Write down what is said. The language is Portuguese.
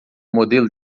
modelo